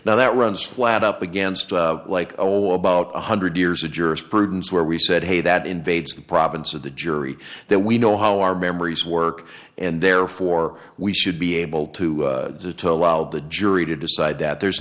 now that runs flat up against like oh about one hundred years of jurisprudence where we said hey that invades the province of the jury that we know how our memories work and therefore we should be able to do to allow the jury to decide that there